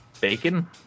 Bacon